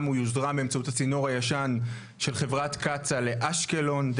הוא יוזרם באמצעות הצינור הישן של חברת קצא"א לאשקלון,